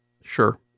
sure